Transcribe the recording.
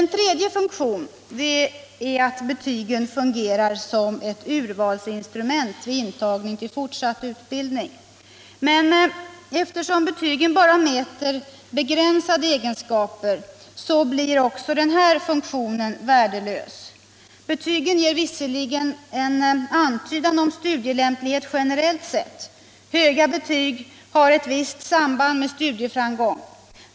En tredje funktion är att betygen fungerar som ett urvalsinstrument vid intagning till fortsatt utbildning, men eftersom betygen bara mäter begränsade egenskaper blir också denna funktion värdelös. Betygen ger visserligen en antydan om studielämplighet generellt sett, eftersom höga betyg har ett visst samband med studieframgång.